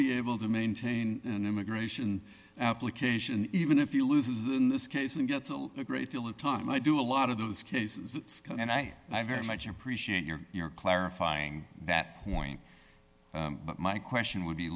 be able to maintain an immigration application even if you lose in this case and get a great deal of time i do a lot of those cases and i i very much appreciate your clarifying that point but my question would be